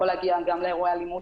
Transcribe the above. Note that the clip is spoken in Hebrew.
הוא יכול להגיע לאירועי אלימות,